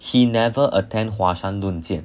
he never attend 华山论剑